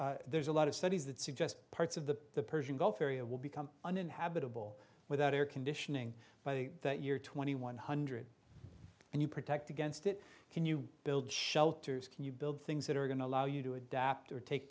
of there's a lot of studies that suggest parts of the persian gulf area will become uninhabitable without air conditioning by the that you're twenty one hundred and you protect against it can you build shelters can you build things that are going to allow you to adapt or take